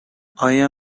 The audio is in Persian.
آیا